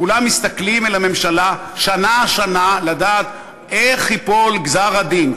כולם מסתכלים אל הממשלה שנה-שנה לדעת איך ייפול גזר-הדין,